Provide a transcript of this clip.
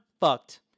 fucked